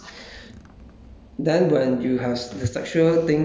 so basically the that you keep thinking about those things